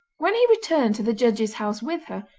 when he returned to the judge's house with her,